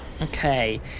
Okay